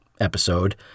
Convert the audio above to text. episode